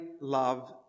love